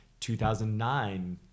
2009